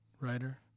writer